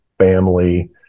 family